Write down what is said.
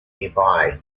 nearby